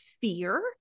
fear